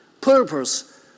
purpose